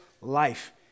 life